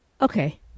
okay